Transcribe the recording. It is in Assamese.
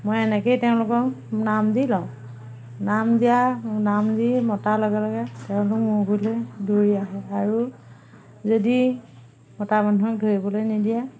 মই এনেকৈয়ে তেওঁলোকক নাম দি লওঁ নাম দিয়াৰ নাম দি মতাৰ লগে লগে তেওঁলোক মোৰ ওচৰলৈ দৌৰি আহে আৰু যদি মতা মানুহক ধৰিবলৈ নিদিয়ে